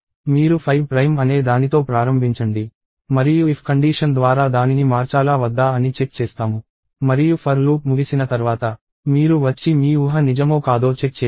మీరు 5 ప్రైమ్ అనే దానితో ప్రారంభించండి మరియు if కండీషన్ ద్వారా దానిని మార్చాలా వద్దా అని చెక్ చేస్తాము మరియు ఫర్ లూప్ ముగిసిన తర్వాత మీరు వచ్చి మీ ఊహ నిజమో కాదో చెక్ చేయండి